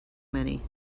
many